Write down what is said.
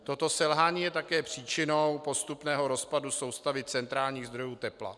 Toto selhání je také příčinou postupného rozpadu soustavy centrálních zdrojů tepla.